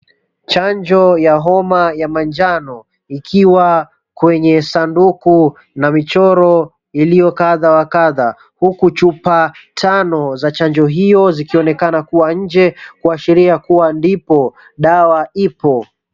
Chanjo ya homa ya manjano, ikiwa kwenye sanduku ya michoro iliyo kadha wa kadha huku chupa tano za chanjo hiyo zikionekana kuwa nje kuashiria ndipo dawa ipo.